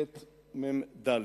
חמ"ד.